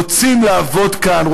רוצים לעבוד כאן,